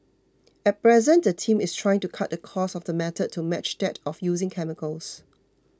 at present the team is trying to cut the cost of the method to match that of using chemicals